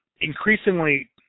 increasingly